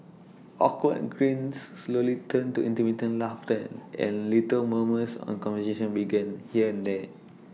awkward grins slowly turned into intermittent laughter and little murmurs on conversation began here and there